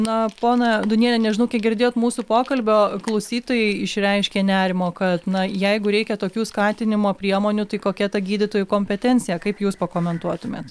na pona dūniene nežinau kiek girdėjot mūsų pokalbio klausytojai išreiškė nerimo kad na jeigu reikia tokių skatinimo priemonių tai kokia ta gydytojų kompetencija kaip jūs pakomentuotumėt